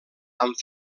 amb